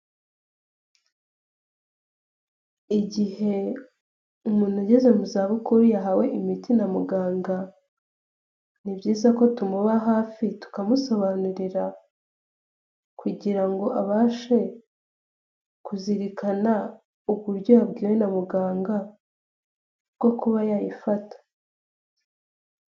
Igihe umuntu ugeze mu zabukuru yahawe imiti na muganga, ni byiza ko tumuba hafi tukamusobanurira kugira ngo abashe kuzirikana uburyo yabwiwe na muganga bwo kuba yayifata.